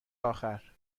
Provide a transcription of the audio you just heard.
آخر